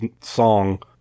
song